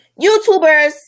YouTubers